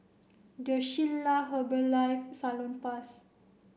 The Shilla Herbalife Salonpas